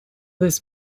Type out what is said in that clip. this